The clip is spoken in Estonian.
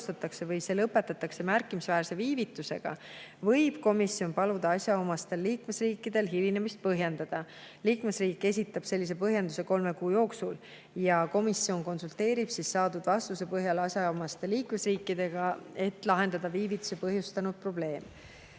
või see lõpetatakse märkimisväärse viivitusega, võib komisjon paluda asjaomastel liikmesriikidel hilinemist põhjendada. Liikmesriik esitab sellise põhjenduse kolme kuu jooksul ja komisjon konsulteerib saadud vastuse põhjal asjaomaste liikmesriikidega, et lahendada viivitusi põhjustanud probleem.